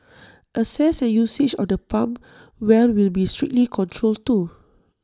access and usage of the pump well will be strictly controlled too